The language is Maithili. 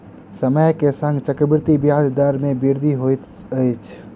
समय के संग चक्रवृद्धि ब्याज दर मे वृद्धि होइत अछि